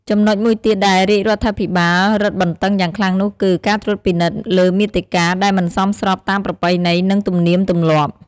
ចំណុចមួយទៀតដែលរាជរដ្ឋាភិបាលរឹតបន្តឹងយ៉ាងខ្លាំងនោះគឺ ការត្រួតពិនិត្យលើមាតិកាដែលមិនសមរម្យតាមប្រពៃណី និងទំនៀមទម្លាប់។